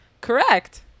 Correct